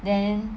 then